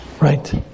right